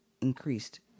increased